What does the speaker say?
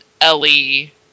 Ellie